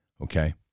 Okay